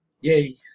Yay